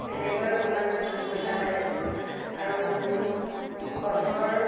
তেনেকৈয়ে অকণমান সমস্যা পাইছোঁ আৰু গছৰ